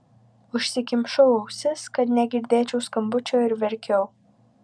užsikimšau ausis kad negirdėčiau skambučio ir verkiau